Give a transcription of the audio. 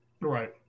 right